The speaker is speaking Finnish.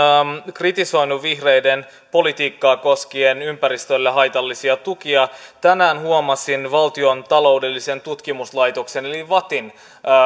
kritisoinut vihreiden politiikkaa koskien ympäristölle haitallisia tukia tänään huomasin valtion taloudellisen tutkimuslaitoksen eli vattin